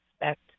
expect